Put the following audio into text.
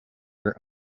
your